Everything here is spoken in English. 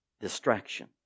distraction